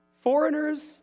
foreigners